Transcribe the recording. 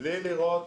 -- בלי לראות